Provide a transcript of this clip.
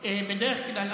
בדרך כלל,